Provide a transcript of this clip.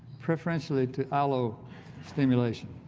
preferentially to aloe stimulation.